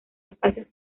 espacios